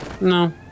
No